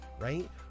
right